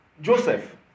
Joseph